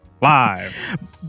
live